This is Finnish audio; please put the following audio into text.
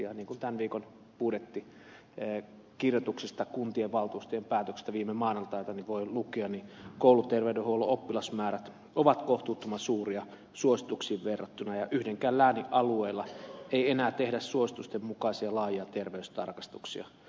ja niin kuin tämän viikon budjettikirjoituksista kuntien valtuustojen päätöksistä viime maanantailta voi lukea kouluterveydenhuollon oppilasmäärät ovat kohtuuttoman suuria suosituksiin verrattuna ja yhdenkään läänin alueella ei enää tehdä suositusten mukaisia laajoja terveystarkastuksia